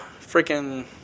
freaking